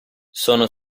sono